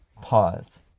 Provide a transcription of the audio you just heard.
Pause